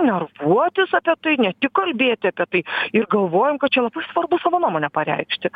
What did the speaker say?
nervuotis apie tai ne tik kalbėti apie tai ir galvojam lkad čia svarbu savo nuomonę pareikšti